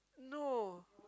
no